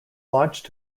launched